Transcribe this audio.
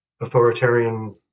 authoritarian